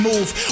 Move